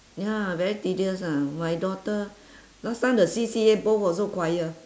ya very tedious ah my daughter last time the C_C_A both also choir